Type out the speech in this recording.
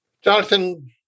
Jonathan